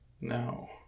no